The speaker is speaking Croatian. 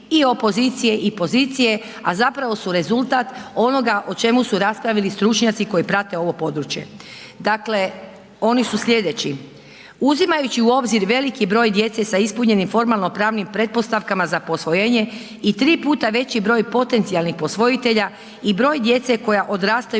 i opozicije i pozicije, a zapravo su rezultat onoga o čemu su raspravili stručnjaci koji prate ovo područje. Dakle, oni su sljedeći, uzimajući u obzir veliki broj djece s ispunjenim formalno pravnim pretpostavkama za posvojenje i tri puta veći broj potencijalnih posvojitelje i broj djece koja odrastaju